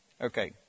Okay